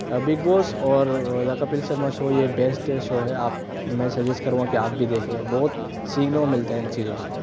big Boss اور the Kapil Sharma show یہ best show ہے آپ میں سجسٹ کروں گا کہ آپ بھی دیکھیے بہت سیکھنے کو ملتا ہے ان چیزوں سے